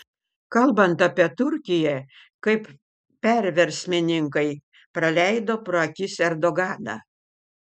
kalbant apie turkiją kaip perversmininkai praleido pro akis erdoganą